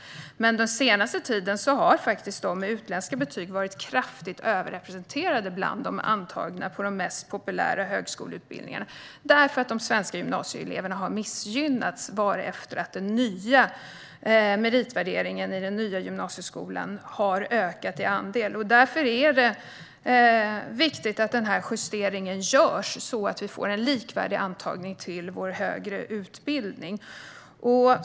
Den senaste tiden har de utländska betygen faktiskt varit kraftigt överrepresenterade bland de antagna på de mest populära högskoleutbildningarna, därför att de svenska gymnasieeleverna har missgynnats allteftersom den nya meritvärderingen i den nya gymnasieskolan har ökat i andel. Därför är det viktigt att justeringen görs, så vi får en likvärdig antagning till vår högre utbildning.